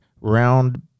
round